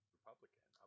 Republican